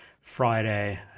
Friday